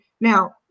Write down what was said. now